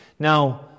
Now